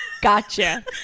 Gotcha